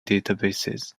databases